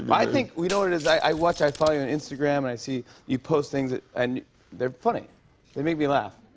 um i think you know what it is? i watch i follow you on instagram, and i see you posting things that and they're funny they make me laugh.